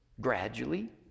gradually